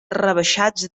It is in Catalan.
rebaixats